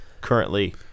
currently